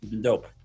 dope